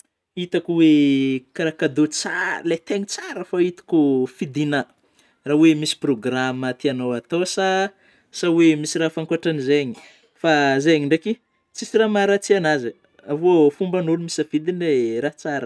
Itako oe kara cadeau tsara ilay tegna tsara fô itako fidigna raha oe misy programa tiagnao atao sa oe misy raha hafa ankoatrin'izay fa zeigny ndraiky tsisy raha maharatsy an'azy fomban'ôlô misafidy ilay raha tsara.